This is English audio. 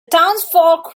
townsfolk